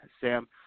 Sam